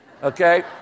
Okay